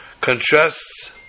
contrasts